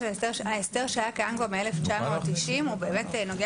אבל ההסדר שהיה קיים כבר מ-1990 באמת נוגע